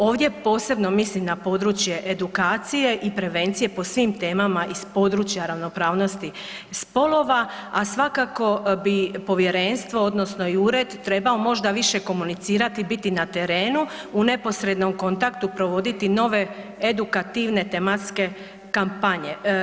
Ovdje posebno mislim na područje edukacije i prevencije po svim temama iz područja ravnopravnosti spolova, a svakako bi povjerenstvo odnosno i ured trebao možda više komunicirati i biti na terenu u neposrednom kontaktu provoditi nove edukativne tematske kampanje.